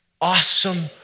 awesome